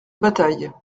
bataille